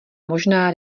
možná